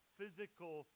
physical